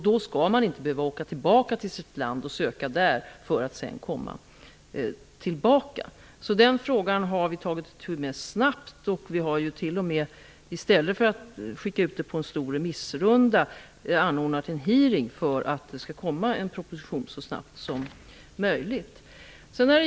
Man skall alltså inte behöva åka tillbaka till sitt hemland för att göra ansökan för att sedan komma tillbaka hit. Denna fråga har vi tagit itu med snabbt. Vi har t.o.m., i stället för att skicka ut ärendet på en stor remissrunda, anordnat en hearing för att en proposition skall komma så snabbt som möjligt.